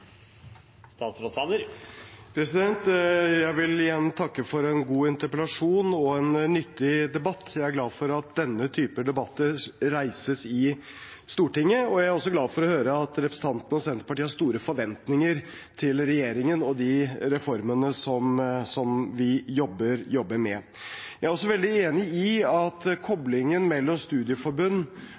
Jeg vil igjen takke for en god interpellasjon og en nyttig debatt. Jeg er glad for at denne typen debatter reises i Stortinget, og jeg er også glad for å høre at representanten og Senterpartiet har store forventninger til regjeringen og de reformene som vi jobber med. Jeg er også veldig enig i at koblingen mellom studieforbund